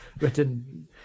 written